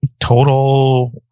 total